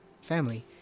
family